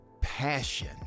passion